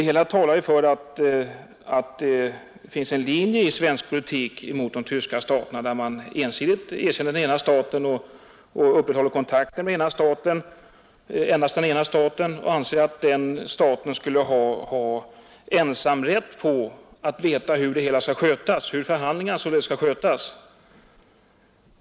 Allt talar för att det finns en linje i svensk politik gentemot de tyska staterna, där man erkänner och upprätthåller kontakt med endast den ena parten och anser att den ensam vet hur förhandlingarna skall skötas.